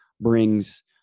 brings